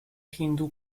hindu